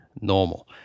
normal